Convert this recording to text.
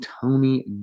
Tony